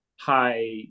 high